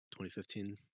2015